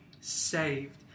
saved